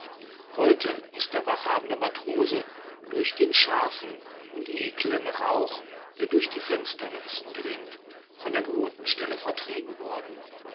heute ist der wachthabende matrose durch den scharfen und ekeln rauch der durch die fensterritzen dringt von der gewohnten stelle vertrieben worden